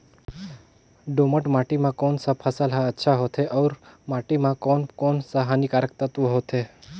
दोमट माटी मां कोन सा फसल ह अच्छा होथे अउर माटी म कोन कोन स हानिकारक तत्व होथे?